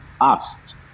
asked